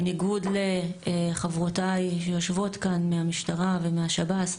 בניגוד לחברותיי שיושבות כאן מהמשטרה ומהשב"ס,